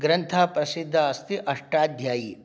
ग्रन्थः प्रसिद्धः अस्ति अष्टाध्यायी